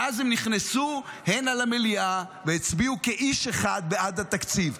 ואז הם נכנסו הנה למליאה והצביעו כאיש אחד בעד התקציב.